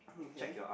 okay